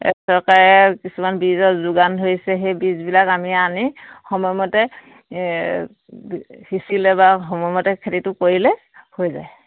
চৰকাৰে কিছুমান বীজৰ যোগান ধৰিছে সেই বীজবিলাক আমি আনি সময়মতে সিঁচিলে বা সময়মতে খেতিটো কৰিলে হৈ যায়